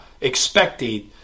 expected